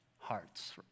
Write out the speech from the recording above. hearts